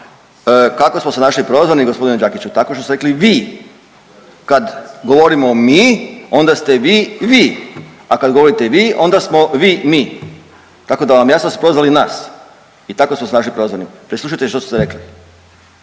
kako smo se našli prozvani, g. Đakiću? Tako što ste rekli vi kad govorimo mi, onda ste vi vi, a kad govorite vi, onda smo vi mi, tako da je jasno da ste prozvali nas i tako smo se našli prozvani, preslušajte što ste rekli.